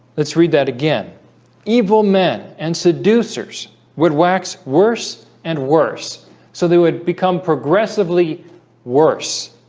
let's read that again evil men and seducers would wax worse and worse so they would become progressively worse